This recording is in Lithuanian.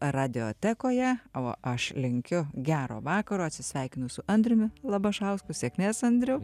radiotekoje o aš linkiu gero vakaro atsisveikinu su andriumi labašausku sėkmės andriau